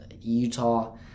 Utah